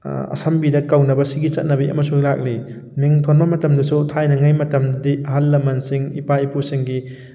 ꯑꯁꯝꯕꯤꯗ ꯀꯧꯅꯕꯁꯤꯒꯤ ꯆꯠꯅꯕꯤ ꯑꯃꯁꯨ ꯂꯥꯛꯂꯤ ꯃꯤꯡ ꯊꯣꯟꯕ ꯃꯇꯝꯗꯁꯨ ꯊꯥꯏꯅꯉꯥꯩ ꯃꯇꯝꯗꯗꯤ ꯑꯍꯜ ꯂꯃꯟꯁꯤꯡ ꯏꯄꯥ ꯏꯄꯨꯁꯤꯡꯒꯤ